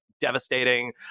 devastating